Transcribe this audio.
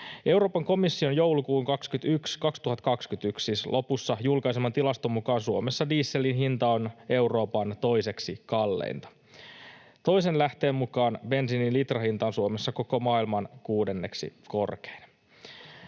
Euroopan komission joulukuun 2021 lopussa julkaiseman tilaston mukaan Suomessa dieselin hinta on Euroopan toiseksi kalleinta. Toisen lähteen mukaan bensiinin litrahinta on Suomessa koko maailman kuudenneksi korkein.